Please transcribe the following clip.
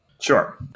Sure